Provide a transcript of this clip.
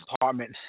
department